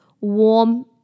warm